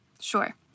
Sure